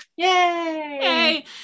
Yay